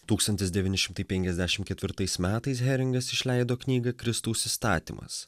tūkstantis devyni šimtai penkiasdešim ketvirtais metais heringas išleido knygą kristaus įstatymas